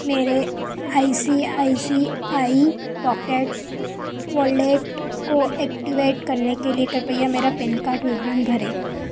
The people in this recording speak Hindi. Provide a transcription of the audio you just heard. मेरे आई सी आई सी आई पॉकैट्स वॉलेट को ऐक्टिवेट करने के लिए कृपया मेरा पैन कार्ड विवरण भरें